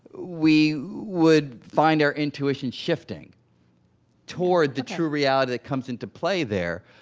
we would find our intuition shifting toward the true reality that comes into play there.